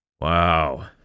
Wow